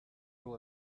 will